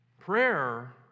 Prayer